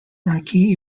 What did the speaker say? marquee